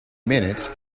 minutes